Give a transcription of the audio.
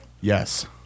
Yes